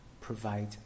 provide